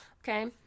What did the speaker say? Okay